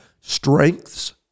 strengths